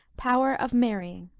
power of marrying.